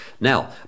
Now